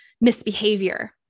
misbehavior